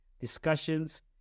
discussions